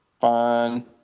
Fine